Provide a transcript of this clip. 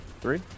three